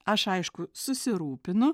aš aišku susirūpinu